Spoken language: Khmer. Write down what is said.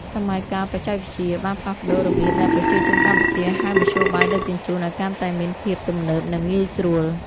សម័យកាលបច្ចេកវិទ្យាបានផ្លាស់ប្តូររបៀបដែលប្រជាជនកម្ពុជាហៅមធ្យោបាយដឹកជញ្ជូនឱ្យកាន់តែមានភាពទំនើបនិងងាយស្រួល។